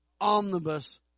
omnibus